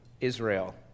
Israel